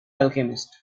alchemist